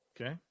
Okay